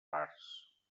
parts